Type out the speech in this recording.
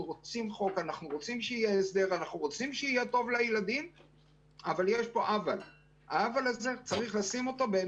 אנחנו רוצים שיהיה הסדר וטוב לילדים אבל יש פה עוול שיש לדון בו,